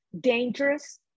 dangerous